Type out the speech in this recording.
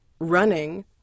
running